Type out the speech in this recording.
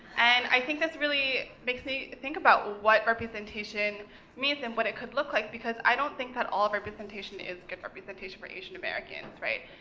and i think this really makes me think about what representation means and what it could look like, because i don't think that all representation is good representation for asian americans, right?